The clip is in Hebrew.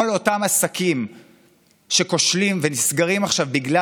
כל אותם עסקים שכושלים ונסגרים עכשיו בגלל